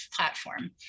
platform